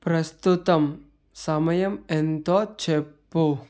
ప్రస్తుతం సమయం ఎంతో చెప్పు